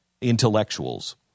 intellectuals